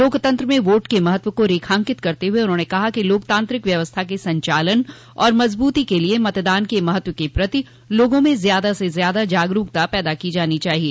लोकतंत्र में वोट के महत्व को रेखांकित करते हुए उन्होंने कहा कि लोकतांत्रिक व्यवस्था के संचालन और मजबूती के लिए मतदान के महत्व के प्रति लोगों में ज्यादा से ज्यादा जागरूकता पैदा की जानी चाहिए